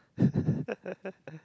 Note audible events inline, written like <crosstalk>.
<laughs>